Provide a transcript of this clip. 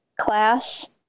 class